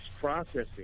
processing